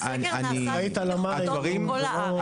הסקר נעשה לפי מחוזות בכל הארץ.